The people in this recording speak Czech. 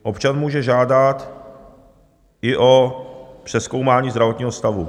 Občan může žádat i o přezkoumání zdravotního stavu...